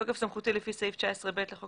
"בתוקף סמכותי לפי סעיף 19(ב) לחוק